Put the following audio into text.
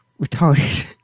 retarded